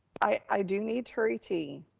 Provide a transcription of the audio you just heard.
i do need turie t.